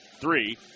three